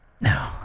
No